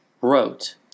wrote